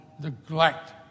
neglect